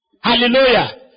Hallelujah